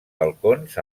balcons